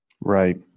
Right